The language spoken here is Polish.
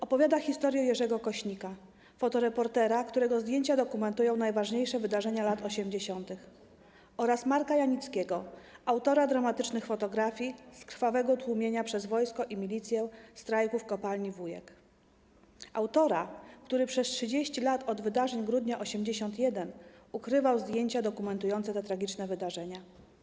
Opowiada historię Jerzego Kośnika, fotoreportera, którego zdjęcia dokumentują najważniejsze wydarzenia lat 80., oraz Marka Janickiego, autora dramatycznych fotografii z krwawego tłumienia przez wojsko i milicję strajku w kopalni Wujek, który przez 30 lat, od grudnia 1981 r., ukrywał zdjęcia dokumentujące te tragiczne wydarzenia.